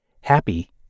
happy